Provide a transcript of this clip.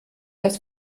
das